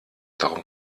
darum